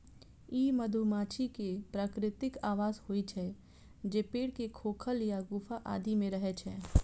ई मधुमाछी के प्राकृतिक आवास होइ छै, जे पेड़ के खोखल या गुफा आदि मे रहै छै